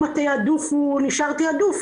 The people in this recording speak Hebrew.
אם התיעדוף הוא נישאר תיעדוף,